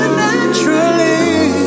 naturally